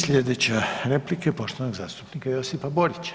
I sljedeća replika je poštovanog zastupnika Josipa Borića.